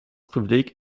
privileg